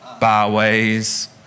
byways